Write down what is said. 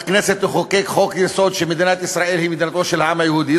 שהכנסת תחוקק חוק-יסוד שמדינת ישראל היא מדינתו של העם היהודי,